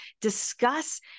discuss